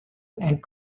and